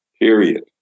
Period